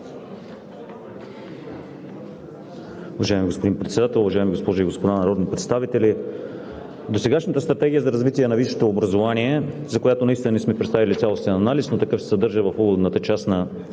Уважаеми господин Председател, уважаеми госпожи и господа народни представители! Досегашната стратегия за развитие на висшето образование, за която наистина не сме представили цялостен анализ, но такъв се съдържа в уводната част на